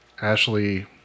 Ashley